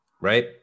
right